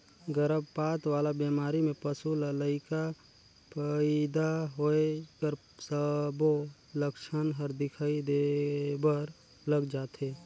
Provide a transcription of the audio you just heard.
गरभपात वाला बेमारी में पसू ल लइका पइदा होए कर सबो लक्छन हर दिखई देबर लग जाथे